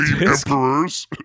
emperors